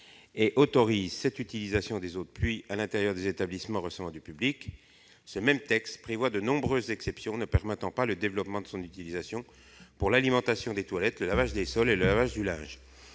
autorise cette utilisation des eaux de pluie à l'intérieur des établissements recevant du public, ce même texte prévoit de nombreuses exceptions ne permettant pas le développement de leur utilisation pour l'alimentation des toilettes, le lavage des sols ou encore du linge.